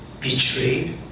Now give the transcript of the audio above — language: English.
betrayed